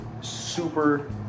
super